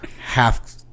half